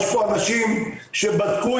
יש פה אנשים שבדקו,